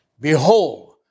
behold